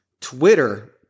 Twitter